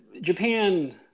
Japan